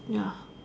ya